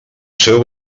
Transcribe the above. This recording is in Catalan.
seu